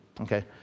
Okay